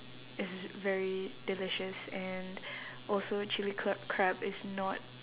is very delicious and also chilli crab crab is not